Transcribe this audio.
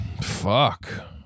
fuck